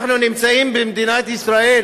אנחנו נמצאים במדינת ישראל,